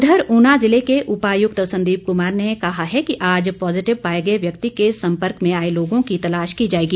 उधर ऊना ज़िले के उपायुक्त संदीप कुमार ने कहा है कि आज पॉजिटिव पाए गए व्यक्ति के सम्पर्क में आए लोगों की तलाश की जाएगी